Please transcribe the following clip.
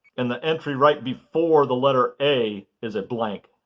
and the entry right before the letter a is a blank.